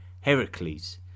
Heracles